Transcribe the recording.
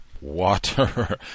water